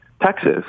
Texas